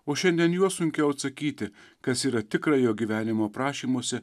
o šiandien juo sunkiau atsakyti kas yra tikra jo gyvenimo aprašymuose